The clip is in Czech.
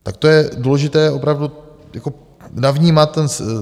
Takto je důležité opravdu jako navnímat ten systém.